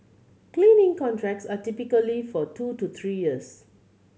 cleaning contracts are typically for two to three years